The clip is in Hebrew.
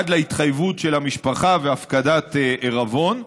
עד להתחייבות של המשפחה והפקדת עירבון.